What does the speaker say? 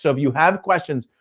so if you have questions,